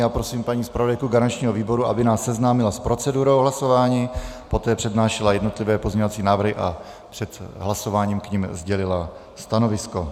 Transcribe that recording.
Já prosím paní zpravodajku garančního výboru, aby nás seznámila s procedurou hlasování, poté přednášela jednotlivé pozměňovací návrhy a před hlasováním k nim sdělila stanovisko.